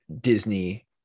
Disney